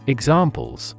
Examples